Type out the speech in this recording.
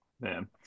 Man